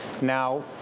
Now